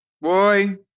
Boy